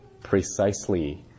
precisely